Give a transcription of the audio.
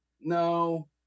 no